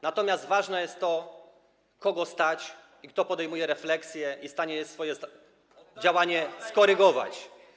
Natomiast ważne jest to, kogo stać i kto podejmuje refleksję i jest w stanie swoje działanie skorygować.